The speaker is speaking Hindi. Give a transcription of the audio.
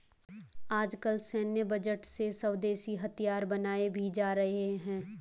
आजकल सैन्य बजट से स्वदेशी हथियार बनाये भी जा रहे हैं